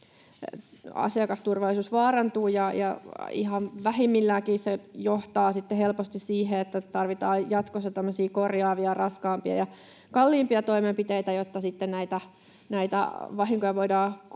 asiakasturvallisuus vaarantuu. Ihan vähimmilläänkin se johtaa helposti siihen, että tarvitaan jatkossa tämmöisiä korjaavia, raskaampia ja kalliimpia toimenpiteitä, jotta sitten näitä vahinkoja voidaan